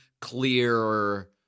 clear